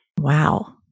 Wow